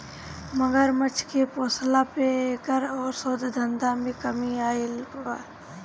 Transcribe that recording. मगरमच्छ के पोसला से एकर अवैध धंधा में कमी आगईल बा